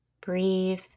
breathe